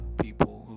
people